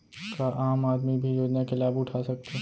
का आम आदमी भी योजना के लाभ उठा सकथे?